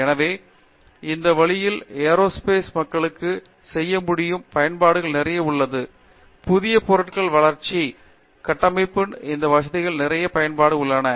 எனவே அந்த வழியில் ஏரோஸ்பேஸ் மக்களுக்கு செய்ய முடியும் பயன்பாடுகள் நிறைய உள்ளது புதிய பொருட்கள் வளர்ச்சி ஸ்மார்ட் கட்டமைப்புகள் இந்த விஷயங்கள் நிறைய பயன்பாடுகள் உள்ளன